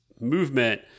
movement